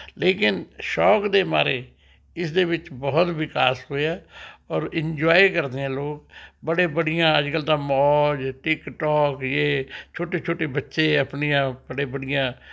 ਲੇਕਿਨ ਸ਼ੌਕ ਦੇ ਮਾਰੇ ਇਸਦੇ ਵਿੱਚ ਬਹੁਤ ਵਿਕਾਸ ਹੋਇਆ ਔਰ ਇਨਜੋਯੇ ਕਰਦੇ ਹੈ ਲੋਕ ਬੜੇ ਬੜੀਆਂ ਅੱਜ ਕੱਲ਼੍ਹ ਤਾਂ ਮੌਜ਼ ਟਿੱਕਟੋਕ ਯੇ ਛੋਟੇ ਛੋਟੇ ਬੱਚੇ ਆਪਣੀਆਂ ਬੜੇ ਬੜੀਆਂ